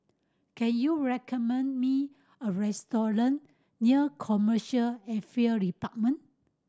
can you recommend me a restaurant near Commercial Affair Department